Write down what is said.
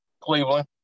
Cleveland